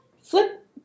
flip